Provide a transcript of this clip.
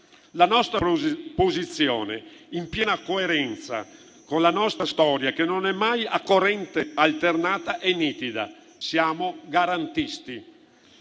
La nostra posizione, in piena coerenza con la nostra storia, che non è mai a corrente alternata, è nitida: siamo garantisti